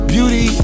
Beauty